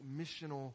missional